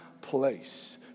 place